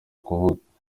kuvuka